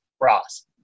Ross